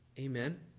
Amen